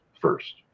first